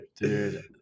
dude